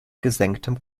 gesenktem